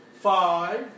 Five